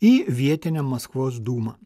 į vietinę maskvos dūmą